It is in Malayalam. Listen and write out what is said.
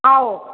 ആ ഓ